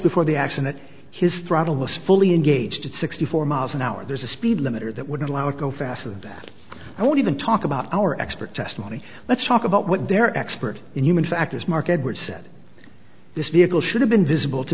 before the accident his throttle was fully engaged sixty four miles an hour there's a speed limiter that wouldn't allow it go faster that i won't even talk about our expert testimony let's talk about what their expert in human factors mark edwards said this vehicle should have been visible to